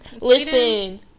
Listen